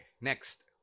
Next